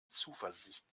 zuversicht